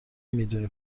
میدونی